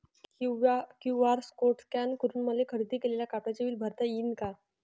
QR code scan करून मले खरेदी केलेल्या कापडाचे बिल भरता यीन का?